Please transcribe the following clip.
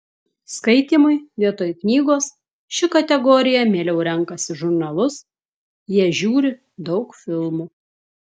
skaitymui vietoj knygos ši kategorija mieliau renkasi žurnalus jie žiūri daug filmų